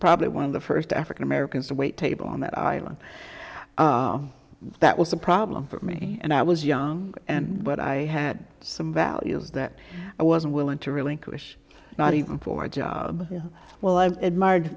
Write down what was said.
probably one of the first african americans to wait tables on that island that was a problem for me and i was young and but i had some values that i wasn't willing to relinquish not even for a job well i've admired